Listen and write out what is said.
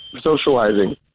socializing